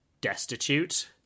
destitute